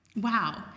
Wow